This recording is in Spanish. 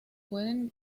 pueden